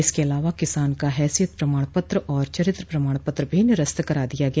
इसके अलावा किसान का हैसियत प्रमाण पत्र और चरित्र प्रमाण पत्र भी निरस्त करा दिया गया